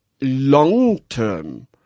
long-term